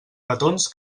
petons